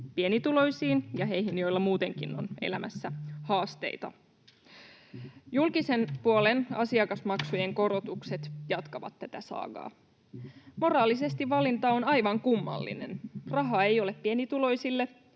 pienituloisiin ja heihin, joilla muutenkin on elämässä haasteita. Julkisen puolen asiakasmaksujen korotukset jatkavat tätä saagaa. Moraalisesti valinta on aivan kummallinen. Rahaa ei ole pienituloisille